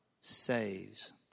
saves